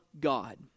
God